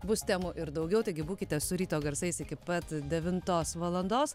bus temų ir daugiau taigi būkite su ryto garsais iki pat devintos valandos